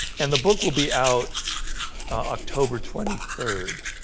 and the book will be out october twenty third